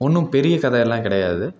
ஒன்றும் பெரிய கதையெல்லாம் கிடையாது